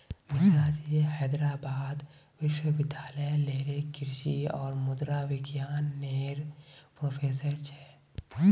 मिश्राजी हैदराबाद विश्वविद्यालय लेरे कृषि और मुद्रा विज्ञान नेर प्रोफ़ेसर छे